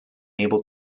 able